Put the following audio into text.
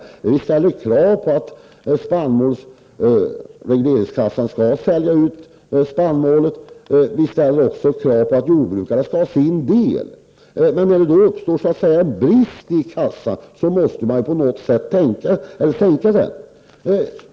Vi ställer krav på att regleringskassan skall sälja ut spannmål. Vi ställer också krav på att jordbrukarna skall ha sin del. Men när det uppstår brist i kassan måste man på något sätt komma till rätta med denna brist.